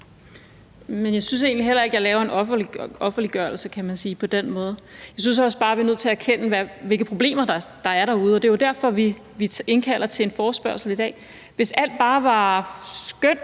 Jeg synes egentlig heller ikke, jeg på den måde laver en offerliggørelse, men jeg synes også bare, vi er nødt til at erkende, hvilke problemer der er derude, og det er jo derfor, vi indkalder til en forespørgselsdebat i dag. Hvis alt bare var skønt